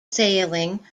sailing